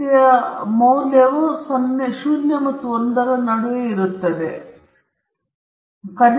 ಆದ್ದರಿಂದ ನೀವು ಸ್ಟ್ಯಾಂಡರ್ಡ್ ಸಾಮಾನ್ಯ ಕರ್ವ್ ಅನ್ನು ನೋಡಿದಾಗ ಸರಾಸರಿ 0 ನಲ್ಲಿ ಕೇಂದ್ರೀಕರಿಸಲಾಗಿದೆ ಎಂದು ನೀವು ನೋಡಬಹುದು ಈ ಮೈನಸ್ 0